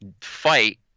fight